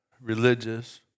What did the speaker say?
religious